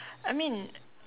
I mean